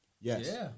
Yes